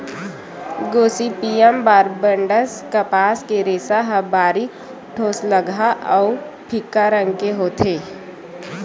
Gossypium barbadense कपास के रेसा ह बारीक, ठोसलगहा अउ फीक्का रंग के होथे